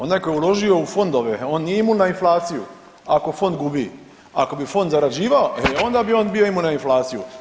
Onaj koji je uložio u fondove on nije imun na inflaciju ako fond gubi, ako bi fond zarađivao e onda bi on bio imun na inflaciju.